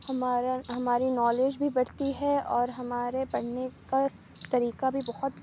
ہمارا ہماری نالج بھی بڑھتی ہے اور ہمارے پڑھنے کا طریقہ بھی بہت